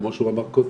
כמו שהוא אמר קודם,